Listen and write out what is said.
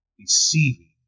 deceiving